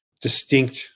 distinct